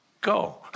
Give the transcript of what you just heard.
go